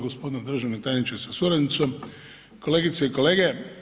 Gospodine državni tajniče sa suradnicom, kolegice i kolege.